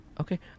Okay